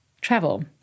travel